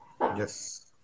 Yes